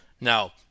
now